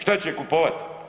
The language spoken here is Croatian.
Šta će kupovat?